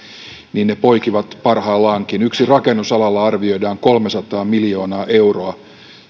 ne poikivat parhaillaankin yksin rakennusalalla arvioidaan kolmesataa miljoonaa euroa